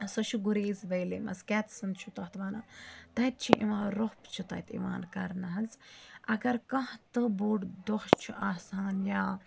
سۄ چھِ گُریز ویلی مَنٛز کیٚتسُن چھُ تَتھ وَنان تَتہِ چھِ یِوان روٚپھ چھُ تَتہِ یِوان کَرنہٕ حظ اَگر کانٛہہ تہٕ بوٚڑ دۄہ چھُ آسان یا